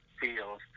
feels